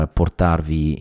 portarvi